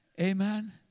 Amen